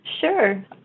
Sure